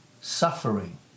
Suffering